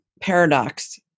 paradox